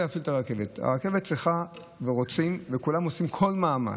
רכבות שכבר נוסעות.